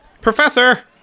Professor